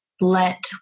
let